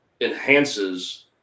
enhances